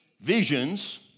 visions